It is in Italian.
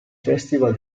festival